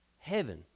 heaven